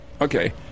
Okay